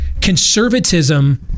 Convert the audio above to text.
conservatism